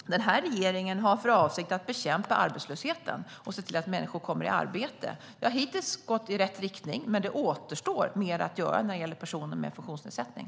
Regeringen har för avsikt att bekämpa arbetslösheten och se till att människor kommer i arbete. Det har hittills gått i rätt riktning, men det återstår mer att göra för personer med funktionsnedsättning.